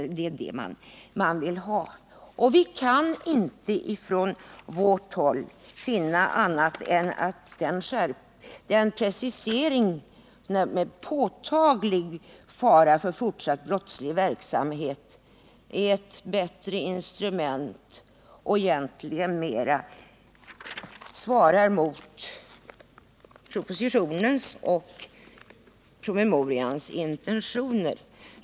Vi kan från utskottsmajoritetens sida inte finna annat än att preciseringen påtaglig fara för fortsatt brottslig verksamhet ger ett bättre instrument som egentligen mera svarar mot propositionens och promemorians intentioner.